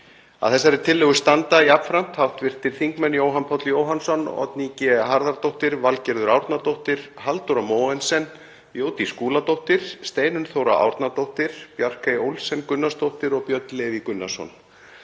Að tillögunni standa jafnframt hv. þingmenn Jóhann Páll Jóhannsson, Oddný G. Harðardóttir, Valgerður Árnadóttir, Halldóra Mogensen, Jódís Skúladóttir, Steinunn Þóra Árnadóttir, Bjarkey Olsen Gunnarsdóttir og Björn Leví Gunnarsson.